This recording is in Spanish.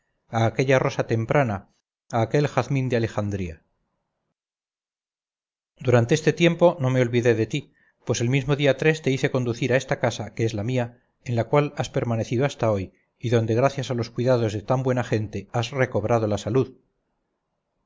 aquella rosa temprana a aquel jazmín de alejandría durante este tiempo no me olvidé de ti pues el mismo día te hice conducir a esta casa que es la mía en la cual has permanecido hasta hoy y donde gracias a los cuidados de tan buena gente has recobrado la salud